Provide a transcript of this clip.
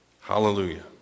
Hallelujah